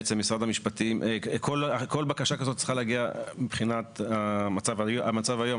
כל בקשה כזאת צריכה להגיע מבחינת המצב היום,